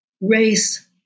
race